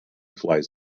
flies